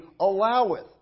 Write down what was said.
alloweth